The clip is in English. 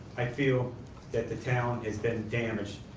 i feel that the town has been damaged.